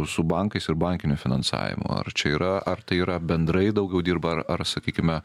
su bankais ir bankiniu finansavimu ar čia yra ar tai yra bendrai daugiau dirba ar sakykime